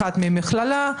אחד ממכללה,